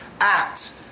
act